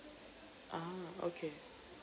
a'ah okay